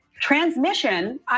transmission